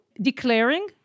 declaring